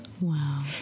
Wow